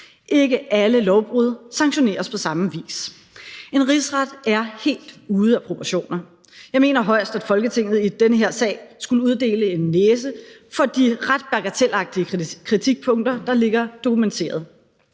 ikke alle lovbrud sanktioneres på samme vis. En rigsret er helt ude af proportioner. Jeg mener højst, at Folketinget i den her sag skulle uddele en næse for de ret bagatelagtige kritikpunkter, der ligger dokumenteret.